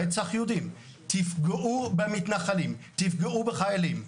רצח יהודים: תפגעו במתנחלים, תפגעו בחיילים.